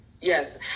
yes